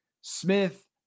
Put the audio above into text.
Smith